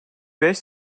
beş